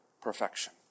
perfection